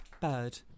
bird